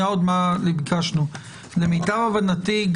למיטב הבנתי,